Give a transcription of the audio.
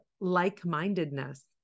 like-mindedness